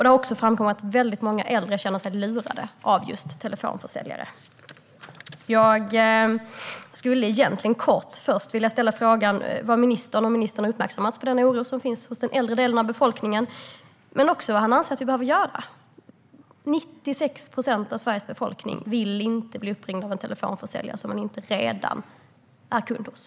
Det har också framkommit att väldigt många äldre känner sig lurade av telefonförsäljare. Jag skulle vilja fråga ministern om han har uppmärksammats på den oro som finns hos den äldre delen av befolkningen. Jag skulle också vilja fråga vad ministern anser att vi behöver göra. 96 procent av Sveriges befolkning vill alltså inte bli uppringda av telefonförsäljare från företag som man inte redan är kund hos.